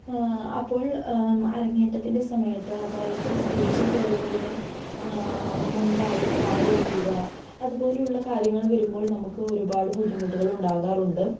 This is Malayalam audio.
അപ്പോൾ അരങ്ങേറ്റത്തിൻ്റെ സമയത്ത് അതായത് സ്റ്റേജിൽ കയറുന്നതിന് മുമ്പായി കാൽ ഉളുക്കുക അത് പോലെയുള്ള കാര്യങ്ങൾ വരുമ്പോൾ നമുക്ക് ഒരുപാട് ബുദ്ധിമുട്ടുകൾ ഉണ്ടാകാറുണ്ട്